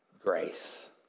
grace